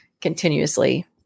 continuously